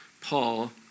Paul